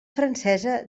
francesa